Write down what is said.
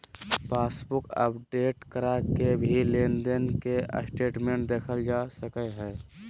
passbook update करा के भी लेनदेन के स्टेटमेंट देखल जा सकय हय